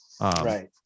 right